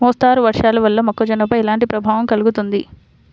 మోస్తరు వర్షాలు వల్ల మొక్కజొన్నపై ఎలాంటి ప్రభావం కలుగుతుంది?